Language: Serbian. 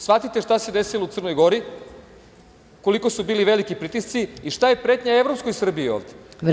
Shvatite šta se desilo u Crnoj Gori, koliko su bili veliki pritisci i šta je pretnja evropskoj Srbiji ovde.